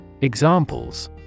Examples